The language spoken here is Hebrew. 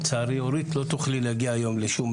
לצערי אורית לא תוכלי להגיע היום לשום